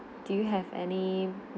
do you have any